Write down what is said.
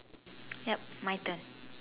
yep my turn